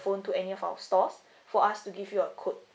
phone to any of our stores for us to give you a quote